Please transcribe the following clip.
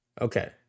Okay